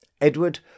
Edward